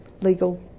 legal